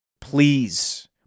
Please